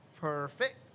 perfect